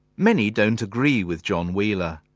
many don't agree with john wheeler,